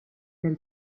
dal